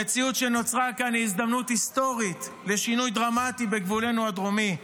המציאות שנוצרה כעת היא הזדמנות היסטורית לשינוי דרמטי בגבולנו הדרומי.